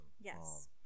Yes